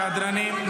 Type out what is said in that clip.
סדרנים,